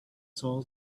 tall